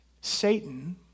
Satan